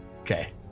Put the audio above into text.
okay